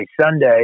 Sunday